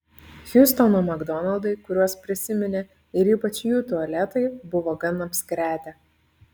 hjustono makdonaldai kuriuos prisiminė ir ypač jų tualetai buvo gan apskretę